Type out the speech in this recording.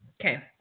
Okay